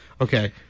Okay